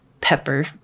pepper